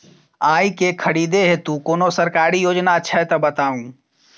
आइ केँ खरीदै हेतु कोनो सरकारी योजना छै तऽ बताउ?